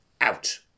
out